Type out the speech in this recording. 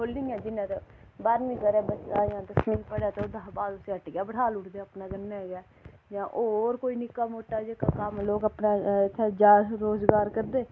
खोह्ल्ली जिनें ते बाह्रमीं करा बच्चा जां दसमीं पढ़ै ते ओह्दे हा बाद उसी हट्टियै बाह्ली उड़दे अपने कन्नै गै जां होर कोई निक्का मुट्टा जेह्का कम्म लोग अपना इत्थें जागत रोजगार करदे